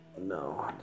No